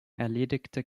erledigte